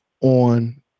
on